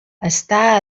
està